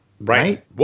right